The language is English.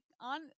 on